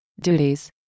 duties